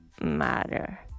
matter